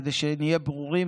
כדי שנהיה ברורים,